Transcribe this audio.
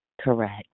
Correct